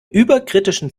überkritischen